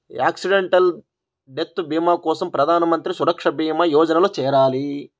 accidental death భీమా కోసం ప్రధాన్ మంత్రి సురక్షా భీమా యోజనలో చేరాలి